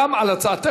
גם על הצעתך.